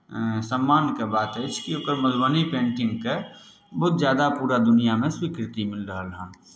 सम्मानके बात अछि कि ओकर मधुबनी पैन्टिंगके बहुत ज्यादा पूरा दुनिआँमे स्वीकृति मिल रहल हेँ